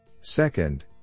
second